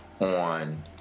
on